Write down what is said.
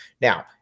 Now